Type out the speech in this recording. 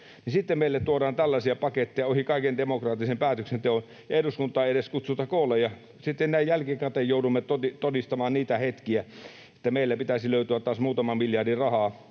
Sitten meille tuodaan tällaisia paketteja ohi kaiken demokraattisen päätöksenteon ja eduskuntaa ei edes kutsuta koolle, ja sitten näin jälkikäteen joudumme todistamaan niitä hetkiä, että meillä pitäisi löytyä taas muutama miljardi rahaa,